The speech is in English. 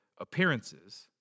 appearances